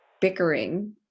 bickering